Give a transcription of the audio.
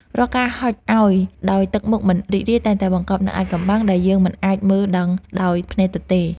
រាល់ការហុចឱ្យដោយទឹកមុខមិនរីករាយតែងតែបង្កប់នូវអាថ៌កំបាំងដែលយើងមិនអាចមើលដឹងដោយភ្នែកទទេ។